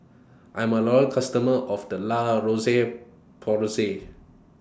I'm A Loyal customer of The La Roche Porsay